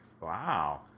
Wow